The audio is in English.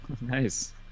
nice